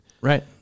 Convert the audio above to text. Right